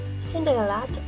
Cinderella